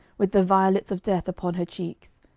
with the violets of death upon her cheeks,